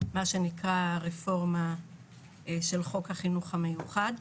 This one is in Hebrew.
מה שנקרא הרפורמה של חוק החינוך המיוחד.